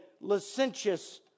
licentious